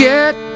Get